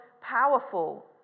powerful